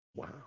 Wow